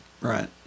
Right